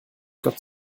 gott